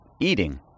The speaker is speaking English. eating